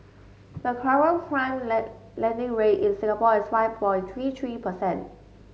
the current prime lending rate in Singapore is five for three three percent